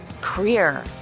career